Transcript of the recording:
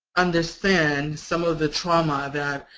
understand some of the trauma that